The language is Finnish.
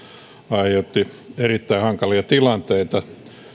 aiheutti erittäin hankalia tilanteita